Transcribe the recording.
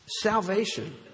Salvation